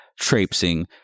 traipsing